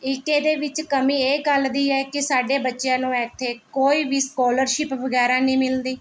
ਇੱਕ ਇਹਦੇ ਵਿੱਚ ਕਮੀ ਇਹ ਗੱਲ ਦੀ ਹੈ ਕਿ ਸਾਡੇ ਬੱਚਿਆਂ ਨੂੰ ਇੱਥੇ ਕੋਈ ਵੀ ਸਕੋਲਰਸ਼ਿੱਪ ਵਗੈਰਾ ਨਹੀਂ ਮਿਲਦੀ